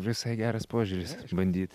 visai geras požiūris bandyt